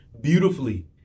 beautifully